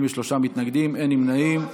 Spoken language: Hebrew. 63 מתנגדים, אין נמנעים.